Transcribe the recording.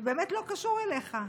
שבאמת לא קשור אליך.